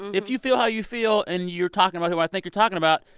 if you feel how you feel, and you're talking about who i think you're talking about,